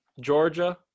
Georgia